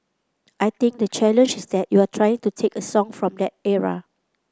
I think the challenge is that you are trying to take a song from that era